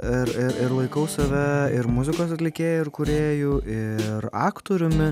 ir ir ir laikau save ir muzikos atlikėju ir kūrėju ir aktoriumi